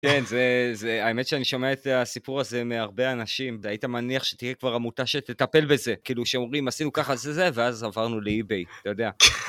כן, זה.. זה.. האמת שאני שומע את הסיפור הזה מהרבה אנשים, והיית מניח שתהיה כבר עמותה שתטפל בזה, כאילו שאומרים, עשינו ככה, זה זה, ואז עברנו ל-eBay, אתה יודע.